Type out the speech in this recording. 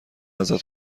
ازت